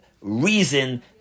reason